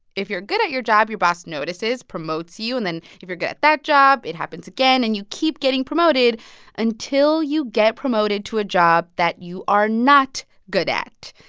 if you're good at your job, your boss notices, promotes you. and then if you're good at that job, it happens again. and you keep getting promoted until you get promoted to a job that you are not good at.